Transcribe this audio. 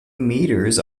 meters